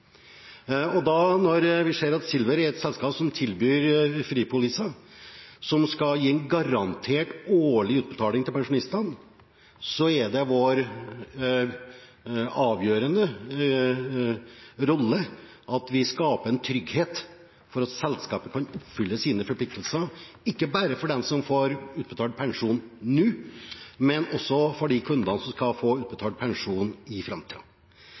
Når vi ser at Silver er et selskap som tilbyr fripoliser som skal gi en garantert årlig utbetaling til pensjonistene, er det vår avgjørende rolle at vi skaper en trygghet for at selskapet kan oppfylle sine forpliktelser, ikke bare for dem som får utbetalt pensjonen nå, men også for de kundene som skal få utbetalt pensjonen i